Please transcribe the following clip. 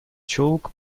choke